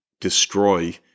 destroy